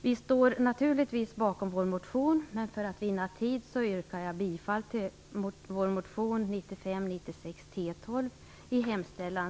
Vi står naturligtvis bakom vår motion men för tids vinnande yrkar jag bifall till vår motion